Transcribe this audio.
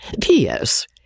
P.S